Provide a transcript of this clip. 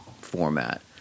format